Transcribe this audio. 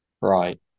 right